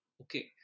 okay